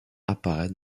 apparaît